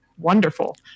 wonderful